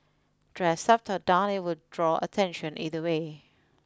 dressed up or down it will draw attention either way